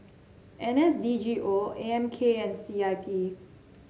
N S D G O A M K and C I P